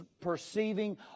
perceiving